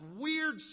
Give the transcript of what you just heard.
weird